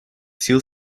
сил